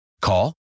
Call